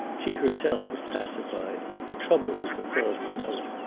she herself was pacified trouble was a false note.